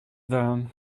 done